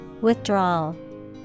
Withdrawal